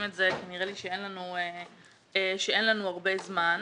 את זה כי נראה לי שאין לנו הרבה זמן.